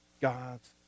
God's